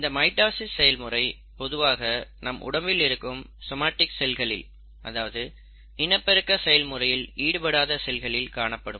இந்த மைட்டாசிஸ் செயல்முறை பொதுவாக நம் உடம்பில் இருக்கும் சோமடிக் செல்களில் அதாவது இனப்பெருக்க செயல்முறையில் ஈடுபடாத செல்களில் காணப்படும்